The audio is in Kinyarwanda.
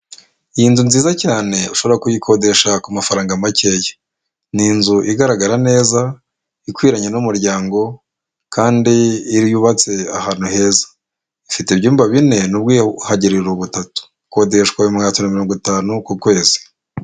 Iyi nzu nziza cyane ushobora kuyikodesha ku mafaranga makeya. Ni inzu igaragara neza, ikwiranye n'umuryango kandi iyo yubatse ahantu heza, ifite ibyumba bine n'ubwiyuhagiriro butatu, ikodeshwa ibihumbi magana atatu na mirongo itanu ku kwezi.